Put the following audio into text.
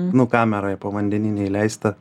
nu kamera povandeninė įleista